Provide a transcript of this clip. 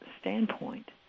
standpoint